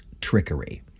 trickery